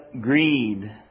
greed